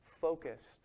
focused